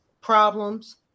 problems